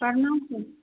प्रणाम सर